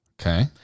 Okay